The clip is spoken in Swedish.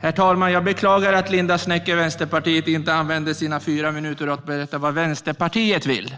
Herr talman! Jag beklagar att Linda Snecker från Vänsterpartiet inte använder sina fyra minuter till att berätta vad Vänsterpartiet vill.